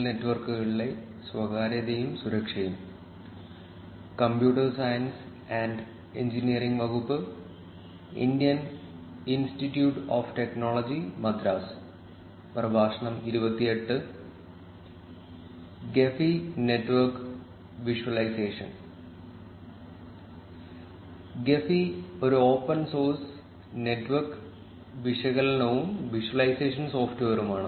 Gephi ഒരു open source network വിശകലനവും visualisation സോഫ്റ്റ്വെയറുമാണ്